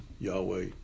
Yahweh